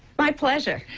my pleasure.